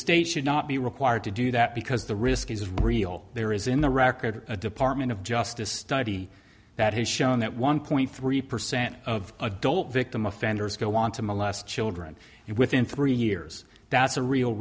state should not be required to do that because the risk is real there is in the record a department of justice study that has shown that one point three percent of adult victim offenders go on to molest children within three years that's a real